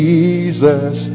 Jesus